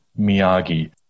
Miyagi